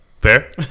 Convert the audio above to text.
Fair